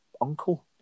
uncle